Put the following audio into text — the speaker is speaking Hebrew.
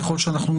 ושם